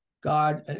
God